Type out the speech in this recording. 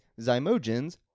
zymogens